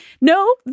no